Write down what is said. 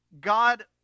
God